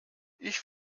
ich